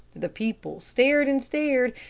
the people stared and stared,